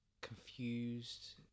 confused